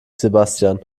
sebastian